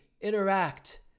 Interact